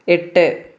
എട്ട്